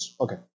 Okay